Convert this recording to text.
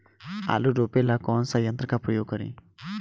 आलू रोपे ला कौन सा यंत्र का प्रयोग करी?